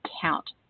count